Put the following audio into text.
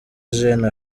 jeune